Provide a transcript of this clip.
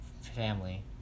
family